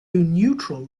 neutral